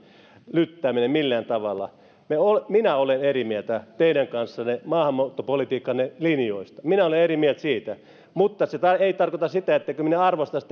lyttääminen millään tavalla minä olen eri mieltä teidän kanssanne maahanmuuttopolitiikkanne linjoista minä olen eri mieltä siitä mutta se ei tarkoita sitä ettenkö minä arvostaisi